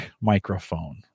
microphone